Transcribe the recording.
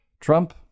Trump